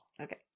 okay